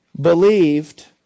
believed